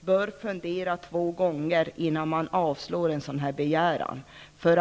bör fundera två gånger innan en sådan här begäran avslås.